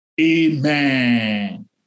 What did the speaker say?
Amen